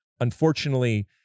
unfortunately